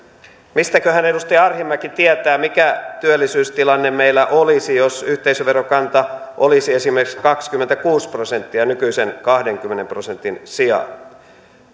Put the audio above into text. mistäköhän edustaja arhinmäki tietää mikä työllisyystilanne meillä olisi jos yhteisöverokanta olisi esimerkiksi kaksikymmentäkuusi prosenttia nykyisen kahdenkymmenen prosentin sijaan